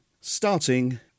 Starting